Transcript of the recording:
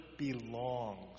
Belongs